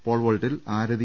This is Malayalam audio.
പോൾവോൾട്ടിൽ അരതി